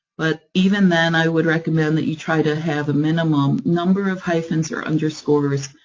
but even then, i would recommend that you try to have a minimum number of hyphens or underscores.